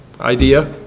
idea